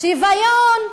שוויון,